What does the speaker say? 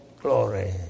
glory